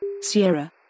Sierra